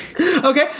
Okay